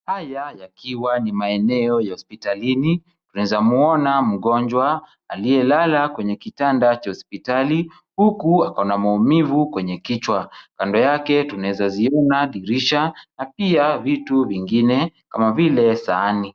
Haya yakiwa ni maeneo ya hospitalini, tunaweza muona mgonjwa aliyelala kwenye kitanda cha hospitali, huku ako na maumivu kwenye kichwa. Kando yake tunawezaziona dirisha na pia vitu vingine kama vile sahani.